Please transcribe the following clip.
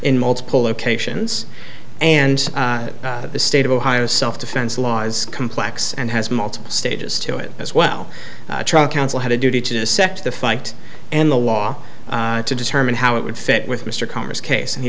in multiple locations and the state of ohio self defense laws complex and has multiple stages to it as well counsel had a duty to set the fight and the law to determine how it would fit with mr karr's case and he